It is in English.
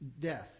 death